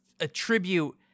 attribute